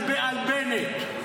מי שאמר בבית הזה רוצח אלה אתם על בנט.